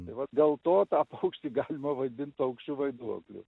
tai va dėl to tą paukštį galima vadint paukščiu vaiduokliu